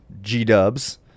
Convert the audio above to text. G-dubs